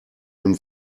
dem